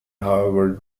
however